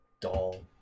doll